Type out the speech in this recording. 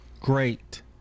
great